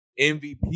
MVP